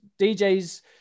DJs